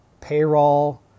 payroll